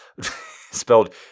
spelled